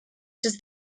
does